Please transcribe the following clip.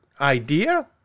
idea